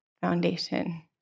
foundation